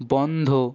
বন্ধ